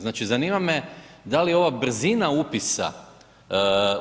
Znači zanima me da li je ova brzina upisa